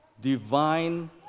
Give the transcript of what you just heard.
divine